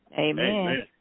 Amen